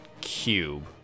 cube